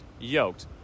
yoked